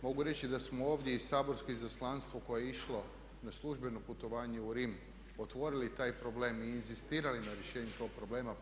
Mogu reći da smo ovdje i saborsko izaslanstvo koje je išlo na službeno putovanje u Rim otvorili taj problem i inzistirali na rješenju tog problema.